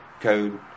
code